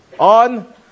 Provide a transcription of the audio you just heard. On